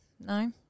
no